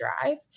drive